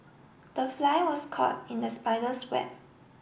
the fly was caught in the spider's web